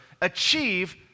achieve